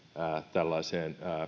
tällaista